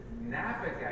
navigate